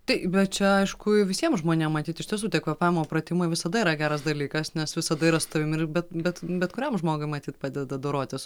tai bet čia aišku visiem žmonėm matyt iš tiesų tie kvėpavimo pratimai visada yra geras dalykas nes visada yra su tavim ir bet bet bet kuriam žmogui matyt padeda dorotis